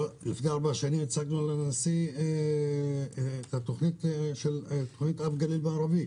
לפני ארבע שנים הצגנו לנשיא את תכנית האב לגליל המערבי.